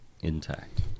intact